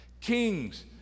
kings